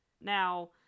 Now